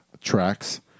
tracks